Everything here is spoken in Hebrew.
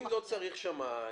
אם לא צריך שמאי,